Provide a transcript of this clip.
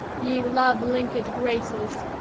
ye love-linked graces,